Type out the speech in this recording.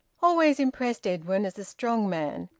always impressed edwin as a strong man,